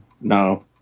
no